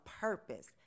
purpose